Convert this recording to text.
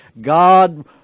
God